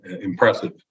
impressive